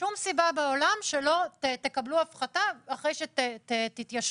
שום סיבה בעולם שלא תקבלו הפחתה אחרי שתתיישרו.